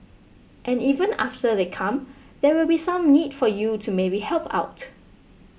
and even after they come there will be some need for you to maybe help out